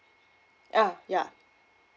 ah ya